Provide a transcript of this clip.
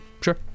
Sure